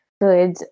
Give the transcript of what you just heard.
good